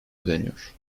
ödeniyor